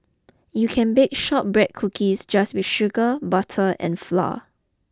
you can bake shortbread cookies just with sugar butter and flour